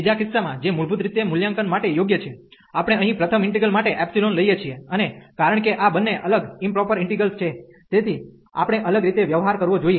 બીજા કિસ્સામાં જે મૂળભૂત રીતે મૂલ્યાંકન માટે યોગ્ય છે આપણે અહીં પ્રથમ ઇન્ટિગ્રલ માટે એપ્સીલોન લઈએ છીએ અને કારણ કે આ બંને અલગ ઇમપ્રોપર ઇન્ટિગ્રલ્સ છે તેથી આપણે અલગ રીતે વ્યવહાર કરવો જોઈએ